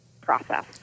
process